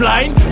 line